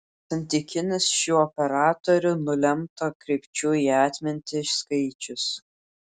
santykinis šių operatorių nulemto kreipčių į atmintį skaičius